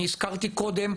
אני הזכרתי קודם,